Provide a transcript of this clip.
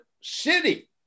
city